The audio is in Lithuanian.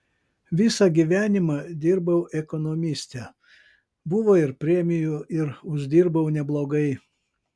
visą gyvenimą dirbau ekonomiste buvo ir premijų ir uždirbau neblogai